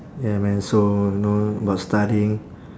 ya man so you know about studying